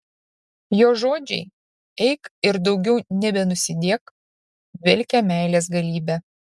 jo žodžiai eik ir daugiau nebenusidėk dvelkia meilės galybe